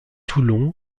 toulon